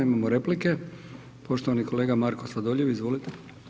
Imamo replike, poštovani kolega Marko Sladoljev, izvolite.